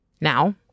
Now